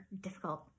difficult